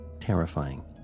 terrifying